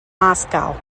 moscow